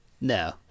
No